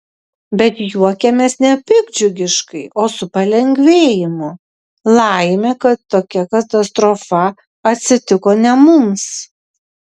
bet juokiamės ne piktdžiugiškai o su palengvėjimu laimė kad tokia katastrofa atsitiko ne mums